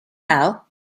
now